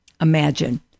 Imagine